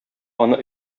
аны